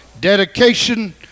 dedication